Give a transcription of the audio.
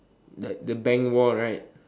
like the bank wall right